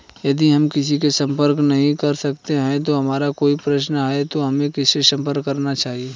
यदि हम किसी से संपर्क नहीं कर सकते हैं और हमारा कोई प्रश्न है तो हमें किससे संपर्क करना चाहिए?